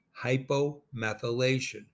hypomethylation